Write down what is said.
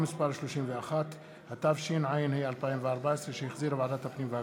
התשע"ד 2014, נתקבלה.